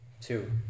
Two